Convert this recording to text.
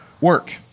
work